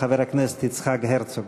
חבר הכנסת יצחק הרצוג.